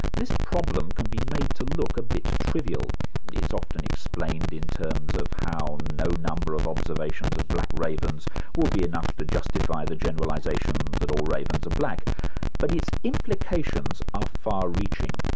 this problem can be made to look a bit trivial it's often explained in terms of how no number of observations of black ravens will be enough to justify the generalisation that all ravens are black but its implications are far-reaching.